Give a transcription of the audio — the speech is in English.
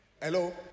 hello